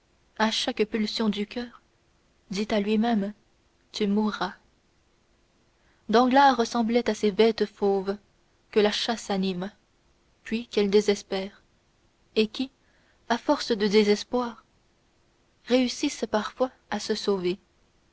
à chaque pulsation du coeur dit à lui-même tu mourras danglars ressemblait à ces bêtes fauves que la chasse anime puis qu'elle désespère et qui à force de désespoir réussissent parfois à se sauver